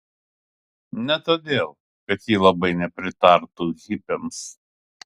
ne todėl kad ji labai nepritartų hipiams